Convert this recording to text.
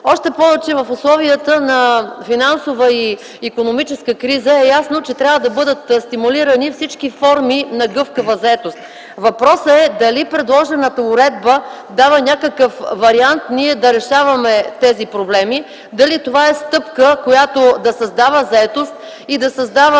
Още повече, в условията на финансова и икономическа криза е ясно, че трябва да бъдат стимулирани всички форми на гъвкава заетост. Въпросът е дали предложената уредба дава някакъв вариант ние да решаваме тези проблеми, дали това е стъпка, която да създава заетост и да създава